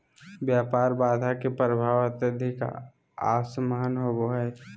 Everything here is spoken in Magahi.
व्यापार बाधा के प्रभाव अत्यधिक असमान होबो हइ